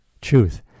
truth